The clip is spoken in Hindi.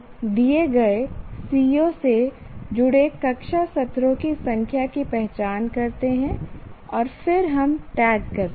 हम दिए गए CO से जुड़े कक्षा सत्रों की संख्या की पहचान करते हैं और फिर हम टैग करते हैं